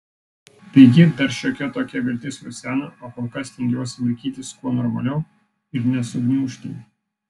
taigi dar šiokia tokia viltis rusena o kol kas stengiuosi laikytis kuo normaliau ir nesugniužti